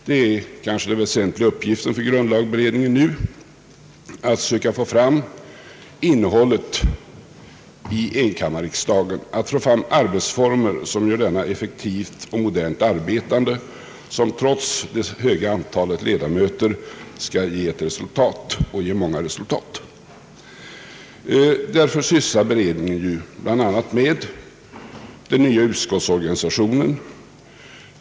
Den kanske mest väsentliga uppgiften för grundlagberedningen nu är att söka få fram arbetsformer för enkammarriksdagen så att denna skall kunna arbeta effektivt och modernt och trots det höga antalet ledamöter kunna ge goda resultat. Därför sysslar beredningen bl.a. med den nya utskottsorganisationen.